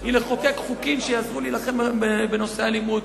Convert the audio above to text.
היא לחוקק חוקים שיעזרו להילחם בנושא האלימות,